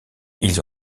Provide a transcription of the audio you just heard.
ils